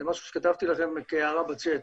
זה משהו שכתבתי לכם כהערה בצ'ט.